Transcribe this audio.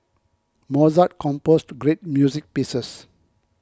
Mozart composed great music pieces